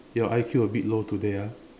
your I_Q a bit low today ah